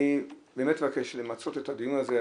אני באמת מבקש למצות את הדיון הזה,